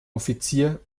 offizier